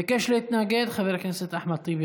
ביקש להתנגד חבר הכנסת אחמד טיבי.